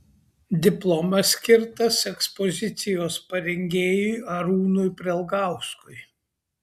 diplomas skirtas ekspozicijos parengėjui arūnui prelgauskui